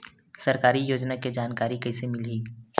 सरकारी योजना के जानकारी कइसे मिलही?